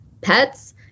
pets